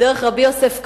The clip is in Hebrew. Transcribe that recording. דרך רבי יוסף קארו,